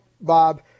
Bob